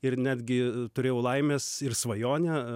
ir netgi turėjau laimės ir svajonę